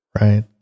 right